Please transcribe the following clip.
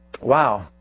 Wow